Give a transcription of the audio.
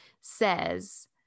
says